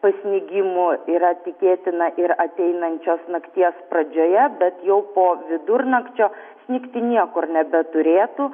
pasnigimų yra tikėtina ir ateinančios nakties pradžioje bet jau po vidurnakčio snigti niekur nebeturėtų